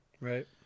Right